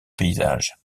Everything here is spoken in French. paysage